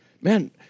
man